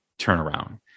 turnaround